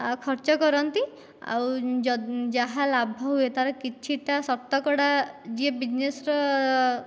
ଖର୍ଛ କରନ୍ତି ଆଉ ଯାହା ଲାଭ ହୁଏ ତାହାର କିଛିଟା ଶତକଡ଼ା ଯିଏ ବୀଜନେସ୍ର